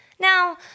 Now